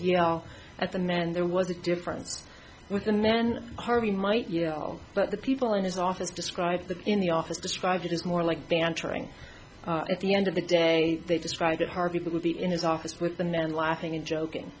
you know at the met and there was a difference with the man harvey might you know but the people in his office described in the office described as more like bantering at the end of the day they describe that harvey pitt would be in his office with the men laughing and joking